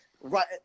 Right